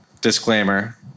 Disclaimer